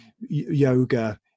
yoga